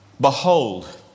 Behold